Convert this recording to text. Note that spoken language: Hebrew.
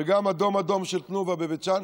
וגם אדום אדום של תנובה בבית שאן,